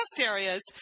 areas